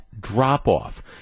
drop-off